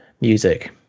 music